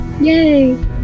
Yay